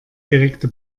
direkte